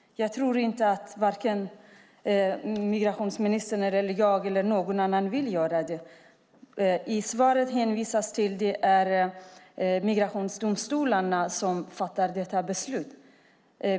Jag tror inte att vare sig migrationsministern eller någon annan vill göra det. I svaret hänvisas till att det är migrationsdomstolarna som fattar dessa beslut.